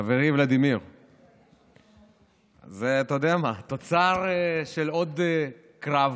חברי ולדימיר, זה, אתה יודע, תוצר של עוד קרב